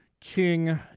king